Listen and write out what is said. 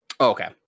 okay